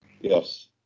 Yes